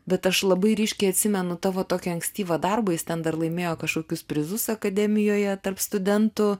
bet aš labai ryškiai atsimenu tavo tokį ankstyvą darbą jis ten dar laimėjo kažkokius prizus akademijoje tarp studentų